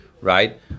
right